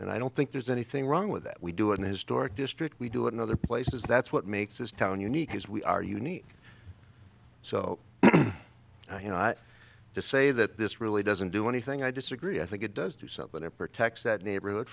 and i don't think there's anything wrong with that we do in historic district we do it in other places that's what makes this town unique is we are unique so you know i just say that this really doesn't do anything i disagree i think it does do so but it protects that neighborhood